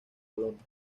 bolonia